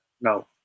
no